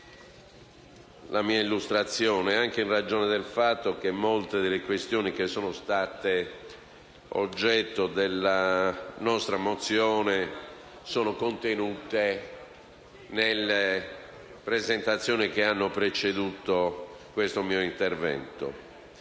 sarà abbastanza breve, anche in ragione del fatto che molte delle questioni che sono state oggetto della nostra mozione sono contenute nelle illustrazioni che hanno preceduto questo mio intervento.